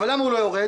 למה הוא לא יורד?